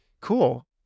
Cool